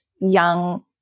young